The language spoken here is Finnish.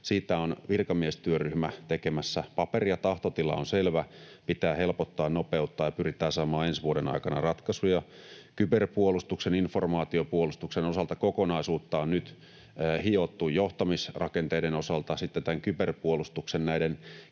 siitä on virkamiestyöryhmä tekemässä paperia, ja tahtotila on selvä — pitää helpottaa ja nopeuttaa — ja pyritään saamaan ensi vuoden aikana ratkaisuja. Kyberpuolustuksen ja informaatiopuolustuksen osalta kokonaisuutta on nyt hiottu johtamisrakenteiden osalta. Sitten tämän